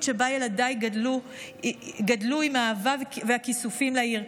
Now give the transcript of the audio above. שבה ילדיי גדלו עם האהבה והכיסופים לעיר,